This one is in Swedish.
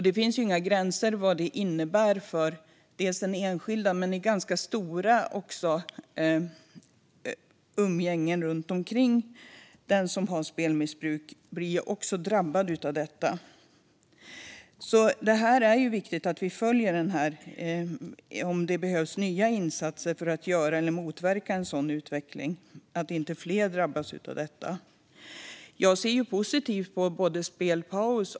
Det finns inga gränser för vad det innebär för den enskilda. Det ganska stora umgänge som finns runt omkring den som har spelmissbruk blir också drabbat av detta. Det är viktigt att vi följer utvecklingen för att se om det behövs nya insatser för att motverka utvecklingen så att inte fler drabbas av detta. Jag ser positivt på spelpaus.